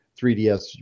3DS